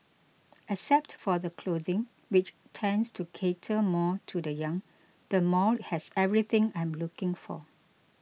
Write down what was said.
except for the clothing which tends to cater more to the young the mall has everything I am looking for